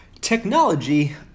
technology